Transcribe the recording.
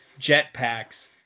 jetpacks